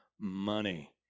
money